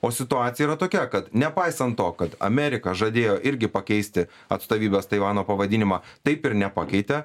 o situacija yra tokia kad nepaisant to kad amerika žadėjo irgi pakeisti atstovybės taivano pavadinimą taip ir nepakeitė